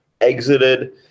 exited